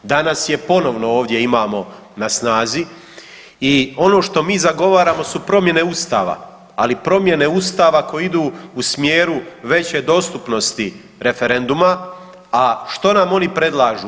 Danas je ponovno ovdje imamo na snazi i ono što mi zagovaramo su promjene Ustava, ali promjene Ustava koje idu u smjeru veće dostupnosti referenduma, a što nam oni predlažu?